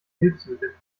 hilfsmittel